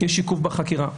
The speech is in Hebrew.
יש עיכוב בחקירה.